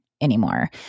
anymore